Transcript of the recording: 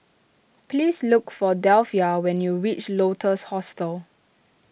please look for Delphia when you reach Lotus Hostel